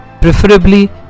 Preferably